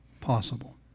possible